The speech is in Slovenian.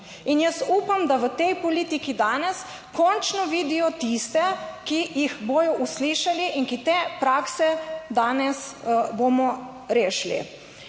in jaz upam, da v tej politiki danes končno vidijo tiste, ki jih bodo uslišali in ki te prakse danes bomo rešili.